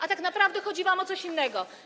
A tak naprawdę chodzi wam o coś innego.